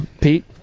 Pete